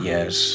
Yes